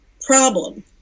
problem